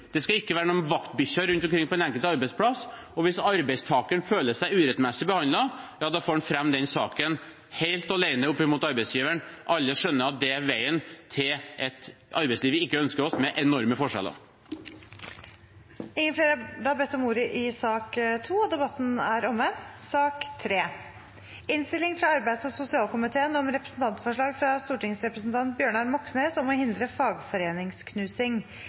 Det skal ikke være tilsyn, det skal ikke være noen vaktbikkjer rundt omkring på den enkelte arbeidsplass, og hvis arbeidstakeren føler seg urettmessig behandlet, får han fremme den saken helt alene opp mot arbeidsgiveren. Alle skjønner at det er veien til et arbeidsliv vi ikke ønsker oss, et arbeidsliv med enorme forskjeller. Flere har ikke bedt om ordet til sak nr. 2. Etter ønske fra arbeids- og sosialkomiteen